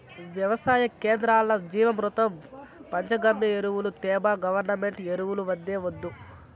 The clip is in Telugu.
వెవసాయ కేంద్రాల్ల జీవామృతం పంచగవ్య ఎరువులు తేబ్బా గవర్నమెంటు ఎరువులు వద్దే వద్దు